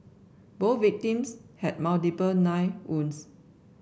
both victims had multiple knife wounds